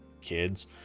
kids